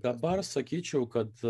dabar sakyčiau kad